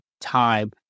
time